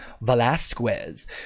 velasquez